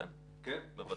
כן, בוודאי.